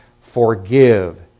forgive